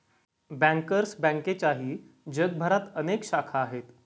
bankers बँकेच्याही जगभरात अनेक शाखा आहेत